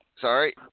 sorry